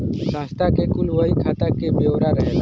संस्था के कुल बही खाता के ब्योरा रहेला